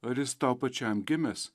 ar jis tau pačiam gimęs